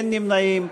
אין נמנעים.